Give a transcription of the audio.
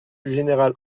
général